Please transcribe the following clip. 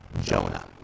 Jonah